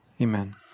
Amen